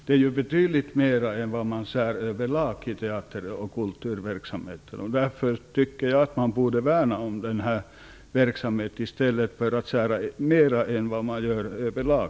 Det är betydligt mer än man skär överlag i teater och kulturverksamheten. Därför tycker jag att man borde värna om den här verksamheten i stället för att skära ned mer än man gör överlag.